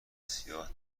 سیاه